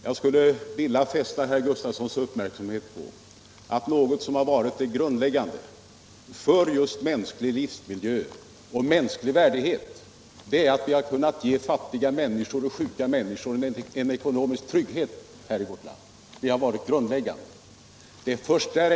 Jag skulle vilja fästa herr Gustavssons uppmärksamhet på att något som varit grundläggande för just mänsklig livsmiljö och värdighet här i vårt land är att vi har kunnat ge fattiga och sjuka människor en ekonomisk trygghet. Först därefter har vi kunnat skapa mänskligare och drägligare förhållanden.